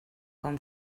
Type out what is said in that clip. com